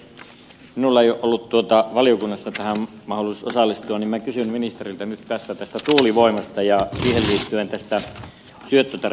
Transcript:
kun minulla ei ole ollut valiokunnassa tähän mahdollisuus osallistua niin minä kysyn ministeriltä nyt tässä tästä tuulivoimasta ja siihen liittyen tästä syöttötariffin aloittamisesta